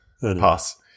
Pass